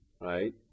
right